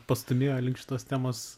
pastūmėjo link šitos temos